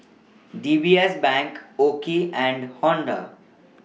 D B S Bank OKI and Honda